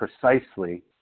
precisely